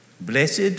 blessed